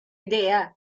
idea